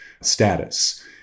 status